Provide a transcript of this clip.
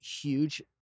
huge